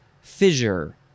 fissure